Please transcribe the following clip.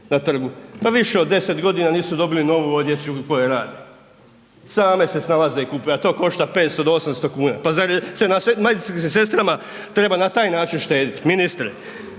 na trgu? Da više od 10 godina nisu dobili novu odjeću u kojoj rade. Same se snalaze i kupuju a to košta 500 do 800 kuna. Pa zar na medicinskim sestrama treba na taj način štedjeti? Ministre,